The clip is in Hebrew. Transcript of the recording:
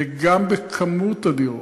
וגם במספר הדירות.